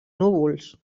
núvols